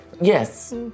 yes